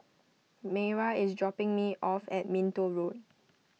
Mayra is dropping me off at Minto Road